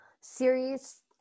series